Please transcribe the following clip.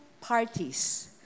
parties